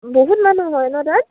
বহুত মানুহ হয় ন তাত